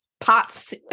pots